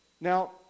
Now